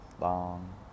Long